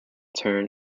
turn